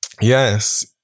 Yes